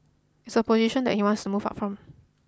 it's a position that he wants to move up from